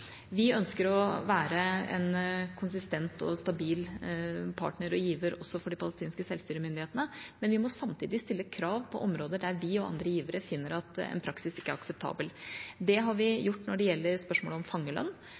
Vi ønsker å være en konsistent og stabil partner og giver også for de palestinske selvstyremyndighetene, men vi må samtidig stille krav på områder der vi og andre givere finner at en praksis ikke er akseptabel. Det har vi gjort når det gjelder spørsmålet om fangelønn,